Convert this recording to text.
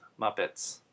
muppets